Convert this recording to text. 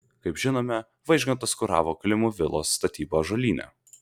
kaip žinome vaižgantas kuravo klimų vilos statybą ąžuolyne